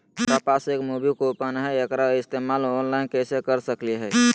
हमरा पास एक मूवी कूपन हई, एकरा इस्तेमाल ऑनलाइन कैसे कर सकली हई?